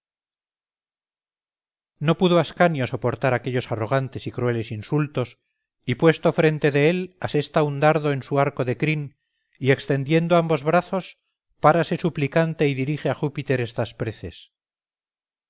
no pudo ascanio soportar aquellos arrogantes y crueles insultos y puesto frente de él asesta un dardo en su arco de crin y extendiendo ambos brazos párase suplicante y dirige a júpiter estas